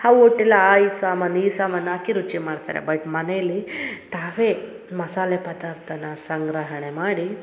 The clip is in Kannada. ಆ ಹೋಟೆಲ್ ಆ ಈ ಸಾಮಾನು ಈ ಸಾಮಾನು ಹಾಕಿ ರುಚಿ ಮಾಡ್ತಾರೆ ಬಟ್ ಮನೇಲಿ ತಾವೇ ಮಸಾಲೆ ಪದಾರ್ಥನ ಸಂಗ್ರಹಣೆ ಮಾಡಿ